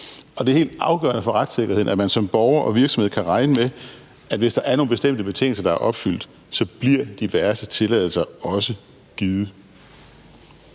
og det er helt afgørende for retssikkerheden, at man som borger og virksomhed kan regne med, at hvis der er nogle bestemte betingelser, der er opfyldt, så bliver diverse tilladelser også givet.